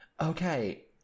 Okay